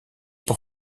pour